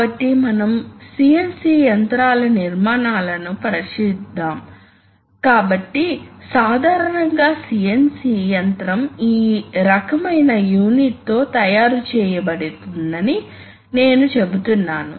కాబట్టి ఇది ఆసక్తికరంగా అనిపించే ఒక అప్లికేషన్ కాబట్టి ప్రత్యేకంగా ఇటువంటి విషయాలు న్యూమాటిక్ లాజిక్ ఉపయోగించి గ్రహించబడతాయి